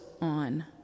on